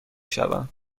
شوم